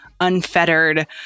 unfettered